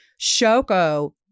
Shoko